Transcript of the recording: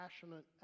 passionate